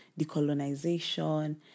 decolonization